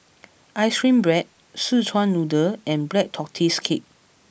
Ice Cream Bread Szechuan Noodle and Black Tortoise Cake